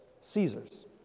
Caesar's